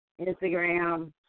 Instagram